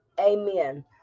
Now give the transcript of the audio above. Amen